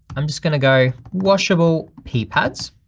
i'm just gonna go, washable pee pads.